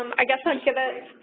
um i guess i'll give it.